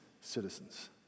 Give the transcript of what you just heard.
citizens